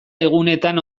egunetan